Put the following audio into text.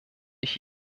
ich